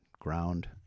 ground